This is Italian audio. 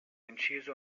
inciso